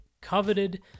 coveted